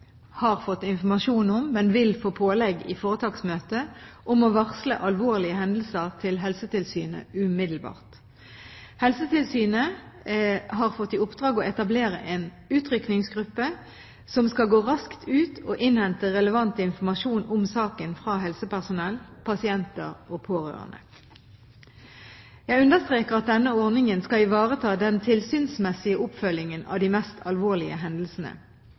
har fått informasjon, men vil få pålegg i foretaksmøtet om å varsle alvorlige hendelser til Helsetilsynet umiddelbart. Helsetilsynet har fått i oppdrag å etablere en utrykningsgruppe som skal gå raskt ut og innhente relevant informasjon om saken fra helsepersonell, pasienter og pårørende. Jeg understreker at denne ordningen skal ivareta den tilsynsmessige oppfølgingen av de mest alvorlige hendelsene.